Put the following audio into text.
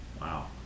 Wow